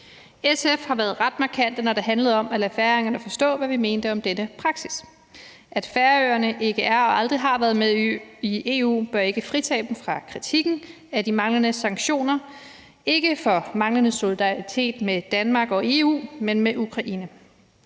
SF har været ret markante, når det handlede om at lade færingerne forstå, hvad vi mente om denne praksis. At Færøerne ikke er og aldrig har været med i EU, bør ikke fritage dem fra kritikken af de manglende sanktioner, ikke for manglende solidaritet med Danmark og EU, men med Ukraine.